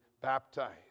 baptized